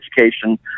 education